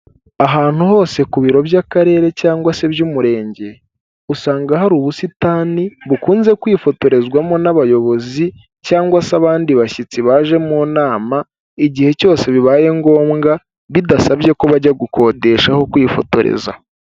Ahantu hose ku biro by'akarere cyangwa se by'umurenge, usanga hari ubusitani bukunze kwifotorezwamo n'abayobozi, cyangwa se abandi bashyitsi baje mu nama, igihe cyose bibaye ngombwa bidasabye ko bajya gukodesha aho kwifotoreza.